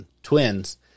twins